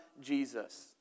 Jesus